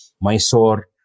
Mysore